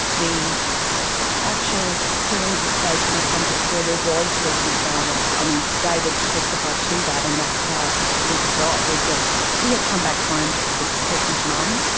the actual killing took place in a context where there was recent violence i mean david testified to that, and that's how he got off, is that he had come back home to protect his mum,